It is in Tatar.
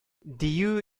дию